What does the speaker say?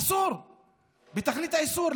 אסור בתכלית האיסור.